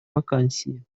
вакансии